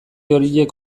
horiek